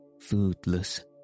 foodless